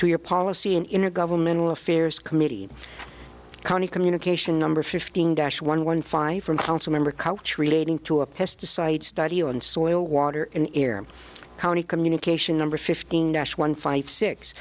to your policy in inner governmental affairs committee county communication number fifteen dash one one five from council member culture relating to a pesticide study on soil water in air county communication number fifteen nash one five six